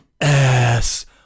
ass